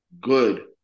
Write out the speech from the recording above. good